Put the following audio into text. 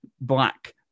black